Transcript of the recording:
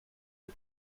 les